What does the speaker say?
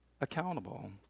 accountable